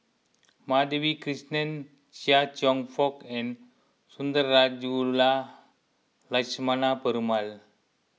Madhavi Krishnan Chia Cheong Fook and Sundarajulu Lakshmana Perumal